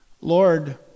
Lord